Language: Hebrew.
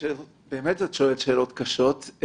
את שואלת שאלות קשות.